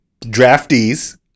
draftees